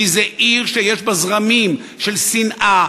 כי זו עיר שיש בה זרמים של שנאה,